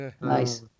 Nice